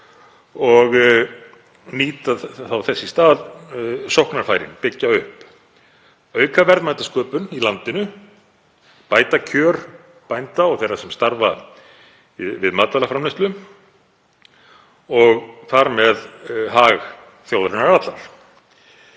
og nýta þá þess í stað sóknarfærin, byggja upp, auka verðmætasköpun í landinu, bæta kjör bænda og þeirra sem starfa við matvælaframleiðslu og þar með hag þjóðarinnar allrar.